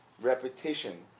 repetition